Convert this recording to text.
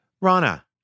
Rana